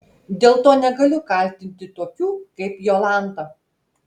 dėl to negaliu kaltinti tokių kaip jolanta